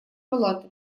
палат